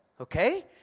okay